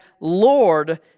Lord